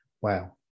wow